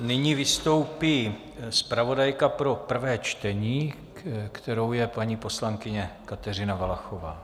Nyní vystoupí zpravodajka pro prvé čtení, kterou je paní poslankyně Kateřina Valachová.